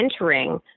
entering